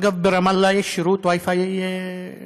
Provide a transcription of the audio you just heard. אגב, ברמאללה יש שירות Wi-Fi פתוח,